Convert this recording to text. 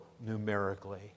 numerically